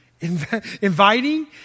inviting